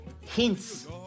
hints